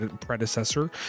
predecessor